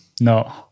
No